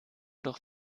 doch